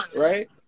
Right